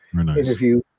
interview